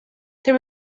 there